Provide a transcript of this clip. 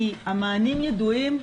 כי המענים ידועים,